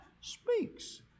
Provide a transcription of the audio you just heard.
Speaks